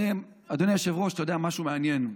אדוני היושב-ראש, אתה יודע, משהו מעניין: